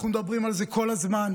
אנחנו מדברים על זה כל הזמן,